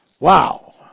Wow